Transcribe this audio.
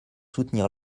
soutenir